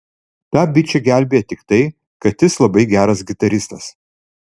tą bičą gelbėja tik tai kad jis labai geras gitaristas